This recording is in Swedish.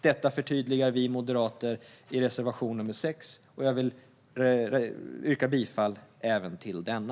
Detta förtydligar vi moderater i reservation nr 6, och jag vill yrka bifall även till denna.